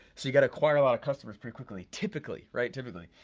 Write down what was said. so you gotta acquire a lot of customers pretty quickly, typically, right? typically.